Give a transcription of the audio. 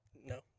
No